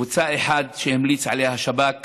קבוצה אחת שהמליץ עליה השב"כ